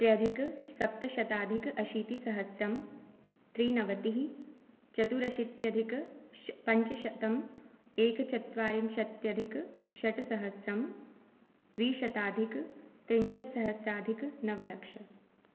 त्र्यधिकसप्तशताधिक अशीतिसहस्रं त्रिनवतिः चतुरशीत्यधिक श् पञ्चशतम् एकचत्वारिंशदधिकषट्सहस्रं द्विशताधिकत्रिंशत्सहस्राधिकनवलक्षम्